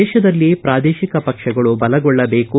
ದೇಶದಲ್ಲಿ ಪ್ರಾದೇಶಿಕ ಪಕ್ಷಗಳು ಬಲಗೊಳ್ಳಬೇಕು